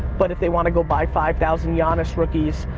but if they want to go buy five thousand yeah ah giannis rookies,